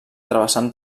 travessant